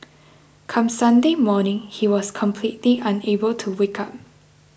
come Sunday morning he was completely unable to wake up